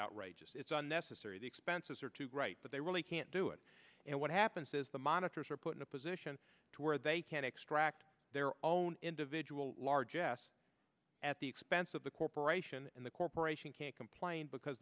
outrageous it's unnecessary the expenses are too great but they really can't do it and what happens is the monitors are put in a position to where they can extract their own individual large s at the expense of the corporation and the corporation can't complain because